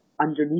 underneath